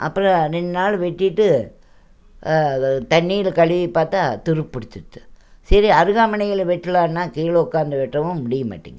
அப்றம் ரெண்டு நாள் வெட்டிட்டு தண்ணியில் கழுவி பார்த்தா துருப்பிடித்திடுத்து சரி அருவாமனையில வெட்டலான்னா கீழே உக்காந்து வெட்டவும் முடிய மாட்டேங்குது